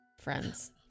friends